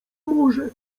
morze